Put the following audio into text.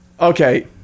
okay